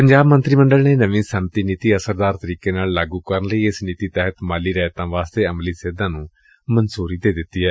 ਪੰਜਾਬ ਮੰਤਰੀ ਮੰਡਲ ਨੇ ਨਵੀ ਸੱਨਅਤੀ ਨੀਤੀ ਅਸਰਦਾਰ ਤਰੀਕੇ ਨਾਲ ਲਾਗੁ ਕਰਨ ਲਈ ਏਸ ਨੀਤੀ ਤਹਿਤ ਮਾਲੀ ਰਿਆਇਤਾਂ ਵਾਸਤੇ ਅਮਲੀ ਸੇਧਾਂ ਨੂੰ ਮਨਜੁਰੀ ਦੇ ਦਿੱਤੀ ਏ